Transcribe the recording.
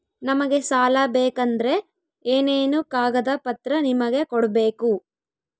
ನಮಗೆ ಸಾಲ ಬೇಕಂದ್ರೆ ಏನೇನು ಕಾಗದ ಪತ್ರ ನಿಮಗೆ ಕೊಡ್ಬೇಕು?